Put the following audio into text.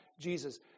Jesus